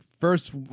first